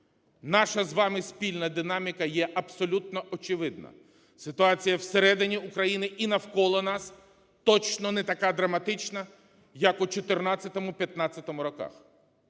наша з вами спільна динаміка є абсолютно очевидна, ситуація всередині України і навколо нас точно не така драматична, як у 2014-2015 роках.